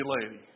lady